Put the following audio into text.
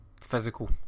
physical